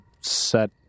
set